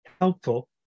helpful